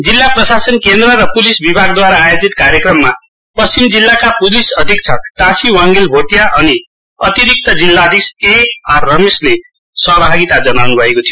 जिल्ला प्रशासन केन्द्र र प्लिस विभागद्वारा आयोजित कार्यक्रममा पश्चिम जिल्लाका प्लिस अधिक्षक टाशी वाङ्गेल भोटिया अनि अतिरिक्त जिल्लाधीश ए आर रमेशले सहभागिता जनाउन् भएको थियो